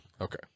Okay